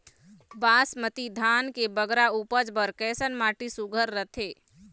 बासमती धान के बगरा उपज बर कैसन माटी सुघ्घर रथे?